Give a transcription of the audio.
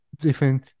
different